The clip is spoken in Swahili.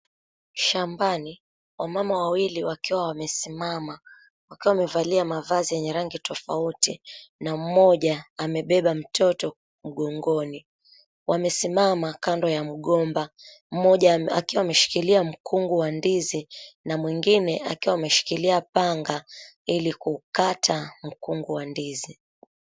Shambani, wamama wawili wakiwa wamesimama, wakiwa wamevalia mavazi yenye rangi tofauti, na mmoja amebeba mtoto mgongoni. Wamesimama kando ya mgomba. Mmoja akiwa ameshikilia mkungu wa ndizi, na mwingine akiwa ameshikilia panga, ili kuukata mkungu wa ndizi.